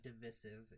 divisive